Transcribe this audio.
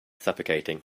suffocating